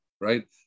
right